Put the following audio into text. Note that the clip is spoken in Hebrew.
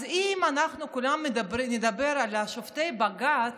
אז אם אנחנו כולם נדבר על שופטי בג"ץ,